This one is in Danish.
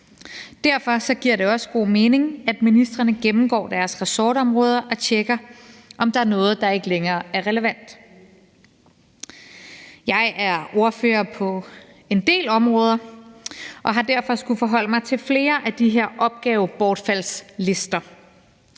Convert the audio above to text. Derfor giver det også god mening, at ministrene gennemgår deres ressortområder og tjekker, om der er noget, der ikke længere er relevant. Jeg er ordfører på en del områder og har derfor skullet forholde mig til flere af de her opgavebortfaldslister.